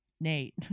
Nate